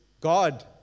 God